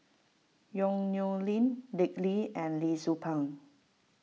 Yong Nyuk Lin Dick Lee and Lee Tzu Pheng